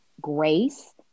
grace